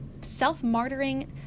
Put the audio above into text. self-martyring